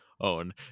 own